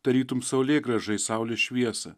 tarytum saulėgrąža į saulės šviesą